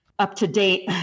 up-to-date